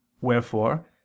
Wherefore